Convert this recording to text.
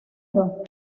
nro